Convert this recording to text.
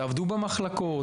תעבדו במחלקות,